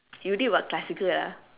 you did what classical ah